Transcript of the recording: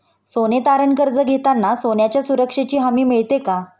सोने तारण कर्ज घेताना सोन्याच्या सुरक्षेची हमी मिळते का?